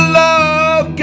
love